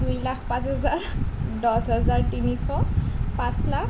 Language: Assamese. দুইলাখ পাঁচ হাজাৰ দহ হাজাৰ তিনিশ পাঁচ লাখ